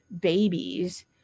babies